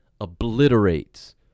obliterates